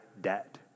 debt